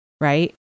right